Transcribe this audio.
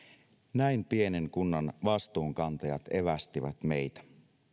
näin pienen kunnan vastuunkantajat evästivät meitä